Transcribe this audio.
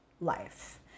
life